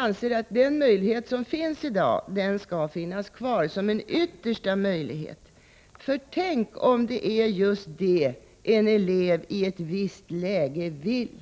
anser vi att den möjlighet som finns i dag skall finnas kvar som en yttersta utväg — för tänk, om det är just det en elev i ett visst läge vill!